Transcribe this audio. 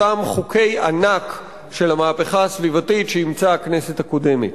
אותם חוקי ענק של המהפכה הסביבתית שאימצה הכנסת הקודמת.